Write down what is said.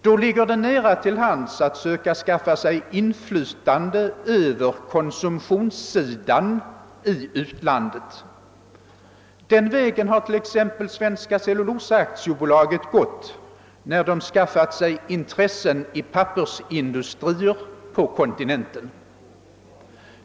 Då ligger det nära till hands att söka skaffa sig inflytande på konsumtionssidan i utlandet. Den vägen har t.ex. Svenska cellulosaaktiebolaget gått när bolaget skaffat sig intressen i pappersindustrier på kontinenten.